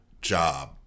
job